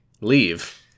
Leave